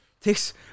Takes